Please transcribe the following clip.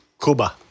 Cuba